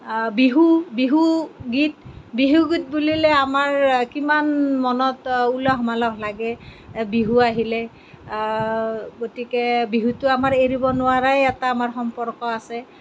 বিহু বিহুগীত বিহুগীত বুলিলে আমাৰ কিমান মনত উলহ মালহ লাগে বিহু আহিলে গতিকে বিহুটো আমাৰ এৰিব নোৱাৰাই আমাৰ এটা সম্পৰ্ক আছে